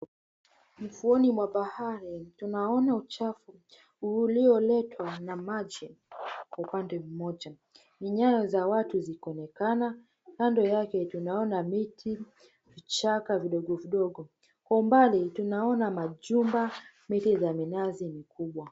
Ufuoni mwa bahari tunaona uchafu ulioletwa na maji kwa upande mmoja. Minyayo za watu zikionekana. Kando yake tunaona miti, vichaka vidogo vidogo. Kwa umbali tunaona majumba, miti za minazi mikubwa.